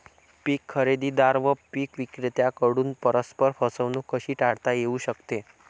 पीक खरेदीदार व पीक विक्रेत्यांकडून परस्पर फसवणूक कशी टाळता येऊ शकते?